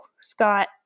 Scott